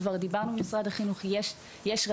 דיברנו כבר עם משרד החינוך ויש רצון.